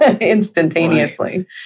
instantaneously